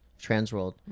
Transworld